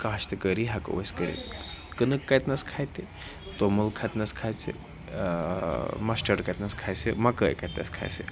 کاشتہٕ کٲری ہٮ۪کو أسۍ کٔرِتھ کٕنٕک کَتِنَس کھَتہِ توٚمُل کھَتنَس کھَژِ مَسٹٲڈ کَتنَس کھسہِ مَکٲے کَتٮ۪س کھسہِ